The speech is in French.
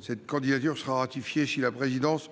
Cette candidature sera ratifiée si la présidence